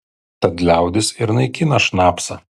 tad liaudis ir naikina šnapsą